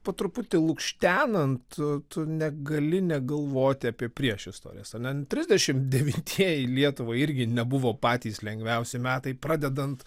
po truputį lukštenant tu negali negalvoti apie priešistorijas ar ne trisdešimt devintieji lietuvai irgi nebuvo patys lengviausi metai pradedant